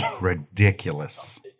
ridiculous